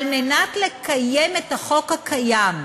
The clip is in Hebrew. על מנת לקיים את החוק הקיים,